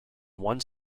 one